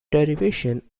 derivation